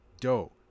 dough